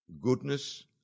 goodness